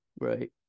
Right